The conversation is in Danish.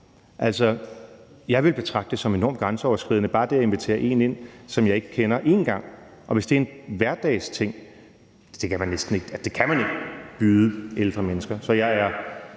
jeg ville betragte det som enormt grænseoverskridende bare at invitere en, som jeg ikke kender, ind én gang, og hvis det så er en hverdagsting, kan man ikke byde ældre mennesker